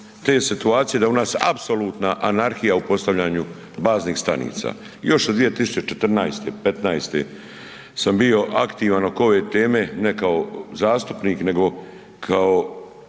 te situacije da u nas apsolutna anarhija u postavljanju baznih stanica. Još od 2014., 15., sam bio aktivan oko ove teme, ne kao zastupnik nego kao